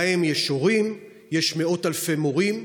להם יש הורים, יש מאות אלפי מורים.